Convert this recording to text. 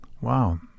Wow